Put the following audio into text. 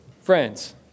Friends